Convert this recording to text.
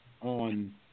on